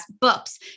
books